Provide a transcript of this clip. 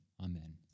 Amen